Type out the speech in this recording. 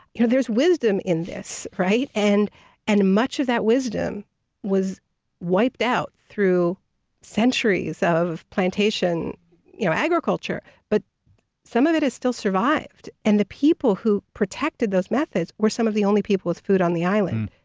you know there's wisdom in this, right? and and much of that wisdom was wiped out through centuries of plantation you know agriculture, but some of it has still survived and the people who protected those methods were some of the only people with food on the island.